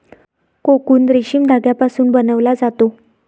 cocoon रेशीम धाग्यापासून बनवला जातो